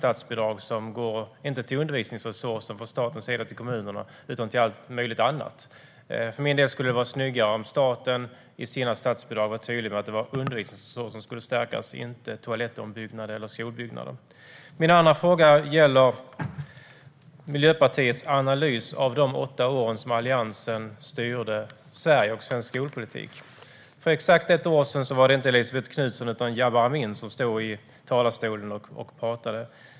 Statsbidrag går inte till undervisning som sådan från statens sida till kommunerna utan till allt möjligt annat. I mina ögon skulle det vara snyggare om staten i sina statsbidrag var tydlig med att det är undervisning som sådan som ska stärkas, inte toalettombyggnad eller skolbyggnader. Min andra fråga gäller Miljöpartiets analys av de åtta åren då Alliansen styrde Sverige och svensk skolpolitik. För nästan exakt ett år sedan var det inte Elisabet Knutsson utan Jabar Amin som stod i talarstolen.